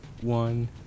one